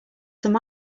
some